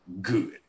good